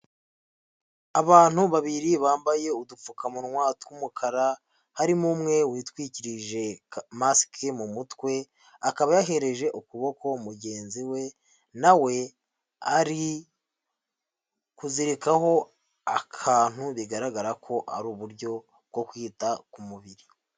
Abantu babiri bambaye udupfukamunwa tw'umukara, harimo umwe witwikirije masike iri mu mutwe, akaba yohereje ukuboko mugenzi we na we ari kuzirikaho akantu bigaragara ko ari uburyo bwo kwita ku mubiri.